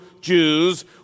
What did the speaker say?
Jews